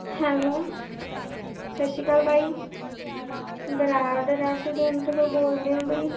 hello ਸਤਿ ਸ਼੍ਰੀ ਅਕਾਲ ਬਾਈ ਬਰਾਡ ਰੈਸਟੋਡੈਂਟ ਤੋਂ ਬੋਲਦੇ ਹੋ ਬਈ